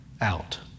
out